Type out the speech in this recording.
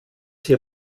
hier